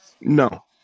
No